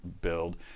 build